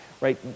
right